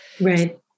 Right